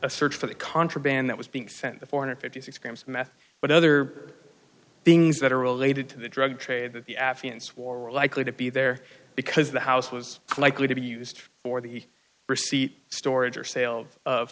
a search for the contraband that was being sent the four hundred fifty six grams of meth but other things that are related to the drug trade affiance were likely to be there because the house was likely to be used for the receipt storage or sale of